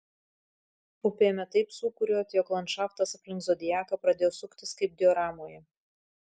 upė ėmė taip sūkuriuoti jog landšaftas aplink zodiaką pradėjo suktis kaip dioramoje